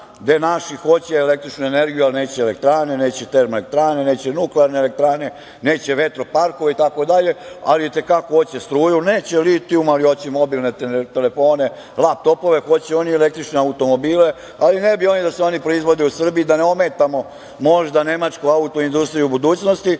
gde naši hoće električnu energiju, ali neće elektrane, neće termoelektrane, neće nuklearne elektrane, neće vetroparkove itd, ali i te kako hoće struju. Neće litijum, ali hoće mobilne telefone, laptopove. Hoće oni i električne automobile, ali ne bi da se proizvode u Srbiji, da ne ometamo možda nemačku auto-industriju budućnosti.